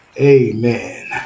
Amen